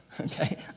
Okay